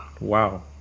wow